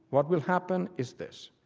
what will happen is this.